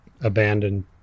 abandoned